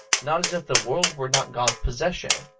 not as if the world were not god's possession,